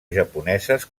japoneses